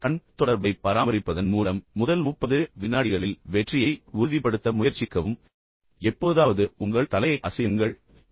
கண் தொடர்பைப் பராமரிப்பதன் மூலம் முதல் 30 விநாடிகளில் வெற்றியை உறுதிப்படுத்த முயற்சிக்கவும் எப்போதாவது உங்கள் தலையை அசையுங்கள் அவர்கள் உங்கள் பெயரைக் கேட்பார்கள்